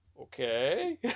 Okay